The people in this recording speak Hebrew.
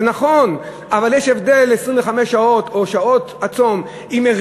זה נכון, אבל יש הבדל אם ב-25 שעות הצום ערים